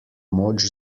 moč